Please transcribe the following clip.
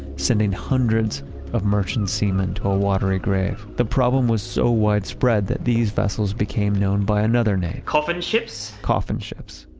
sending hundreds of merchant seamen to a watery grave. the problem was so widespread these vessels became known by another name coffin ships. coffin ships.